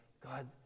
God